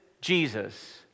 Jesus